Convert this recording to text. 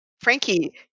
Frankie